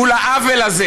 מול העוול הזה